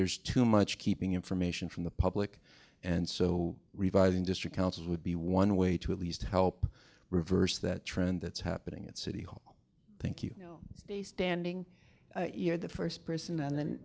there's too much keeping information from the public and so reviving district councils would be one way to at least help reverse that trend that's happening at city hall think you know the standing you're the first person and then